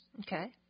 Okay